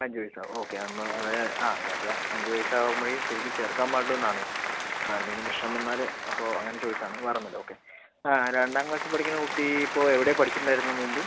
അഞ്ചുവയസ്സാകും okay എന്നാൽ അതെ ആ അഞ്ചുവയസാകുമ്പോഴേ ശരിക്കും ചേർക്കാൻ പാടുള്ളു എന്നാണേൽ വേറെ എന്തെങ്കിലും പ്രശ്നം വന്നാൽ അപ്പോൾ അങ്ങനെ ചോദിച്ചതാണ് വേറൊന്നുമില്ല ഓക്കെ ആ രണ്ടാം ക്ലാസ്സിൽ പഠിക്കുന്ന കുട്ടി ഇപ്പോൾ എവിടെയാണ് പഠിച്ചിട്ടുണ്ടാരുന്നത് മുമ്പ്